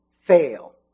fail